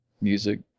music